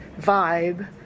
vibe